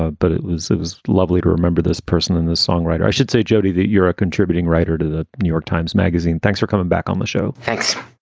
ah but it was it was lovely to remember this person and the songwriter, i should say, jodi, that you're a contributing writer to the new york times magazine. thanks for coming back on the show. thanks